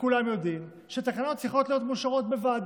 וכולם יודעים שתקנות צריכות להיות מאושרות בוועדה,